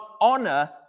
honor